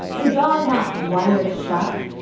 his jaw's not wired shut.